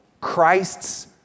Christ's